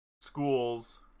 schools